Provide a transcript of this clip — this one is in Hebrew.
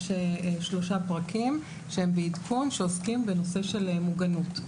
יש שלושה פרקים שהם בעדכון שעוסקים בנושא של מוגנות.